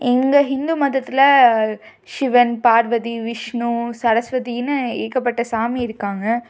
எங்க ஹிந்து மதத்தில் சிவன் பார்வதி விஷ்ணு சரஸ்வதின்னு ஏகப்பட்ட சாமி இருக்காங்க